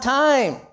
time